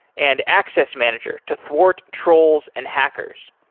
and access manager to thwart trolls and hackers.